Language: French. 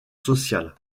sociales